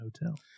hotel